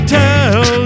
tell